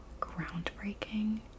groundbreaking